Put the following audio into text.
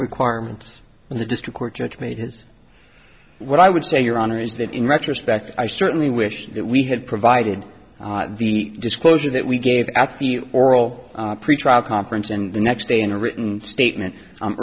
requirements in the district court judge made his what i would say your honor is that in retrospect i certainly wish that we had provided the disclosure that we gave at the oral pretrial conference and the next day in a written statement